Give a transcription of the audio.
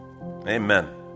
Amen